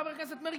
חבר הכנסת מרגי,